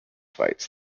fights